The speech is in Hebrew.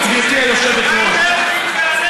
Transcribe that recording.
גברתי היושבת-ראש.